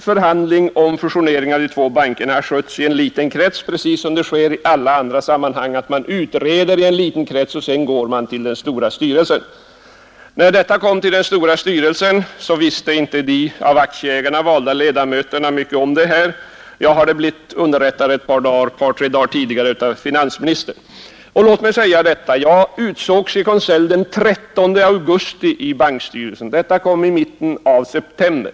Förhandlingarna om fusionering av de två bankerna har handhafts i en liten krets precis som i alla andra sammanhang; man utreder i en liten krets och sedan går man till den stora styrelsen. När detta kom till den stora styrelsens kännedom, visste de av aktieägarna valda ledamöterna inte mycket om saken. Jag hade blivit underrättad ett par tre dagar tidigare av finansministern. Jag utsågs i konselj den 13 augusti till representant i bankstyrelsen, och meddelandet om fusionen kom i mitten av september.